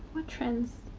trends.